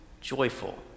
joyful